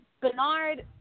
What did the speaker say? Bernard